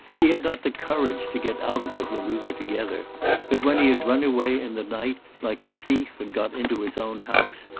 he had not the courage to get out of it when we were together but when he had run away in the night, like a thief, and got into his own house,